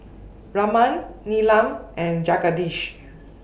Raman Neelam and Jagadish